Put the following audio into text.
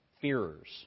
fearers